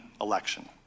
election